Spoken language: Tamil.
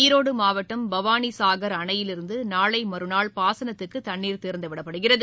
ஈரோடுமாவட்டம் பவானிசாகர் அணையிலிருந்துநாளைமறுநாள் பாசனத்துக்குதண்ணீர் திறந்துவிடப்படுகிறது